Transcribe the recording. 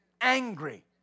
angry